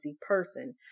person